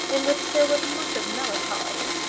in which there was much of melancholy,